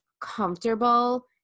comfortable